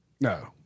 No